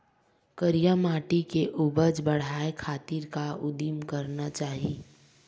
करिया माटी के उपज बढ़ाये खातिर का उदिम करना चाही?